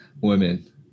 Women